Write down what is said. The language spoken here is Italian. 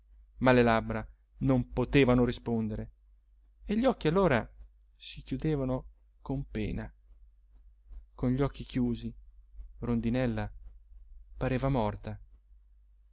ma le labbra non potevano rispondere e gli occhi allora si chiudevano con pena con gli occhi chiusi rondinella pareva morta